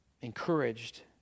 encouraged